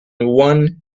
one